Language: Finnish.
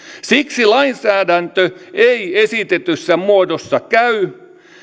siksi lainsäädäntö ei esitetyssä muodossa käy